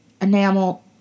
enamel